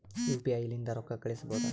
UPI ಲಿಂದ ರೊಕ್ಕ ಕಳಿಸಬಹುದಾ?